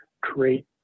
create